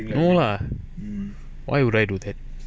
no lah why would I do that